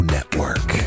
Network